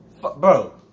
Bro